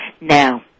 Now